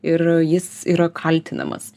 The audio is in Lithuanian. ir jis yra kaltinamas